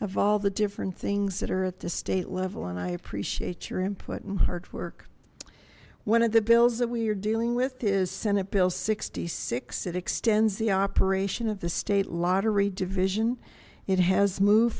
of all the different things that are at the state level and i appreciate your input and hard work one of the bills that we are dealing with is senate bill sixty six it extends the operation of the state lottery vision it has moved